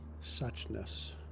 suchness